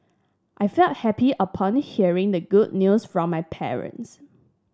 I felt happy upon hearing the good news from my parents